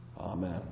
Amen